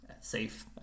safe